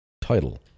title